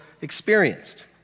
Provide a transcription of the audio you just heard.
experienced